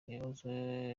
guhuza